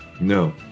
No